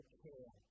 care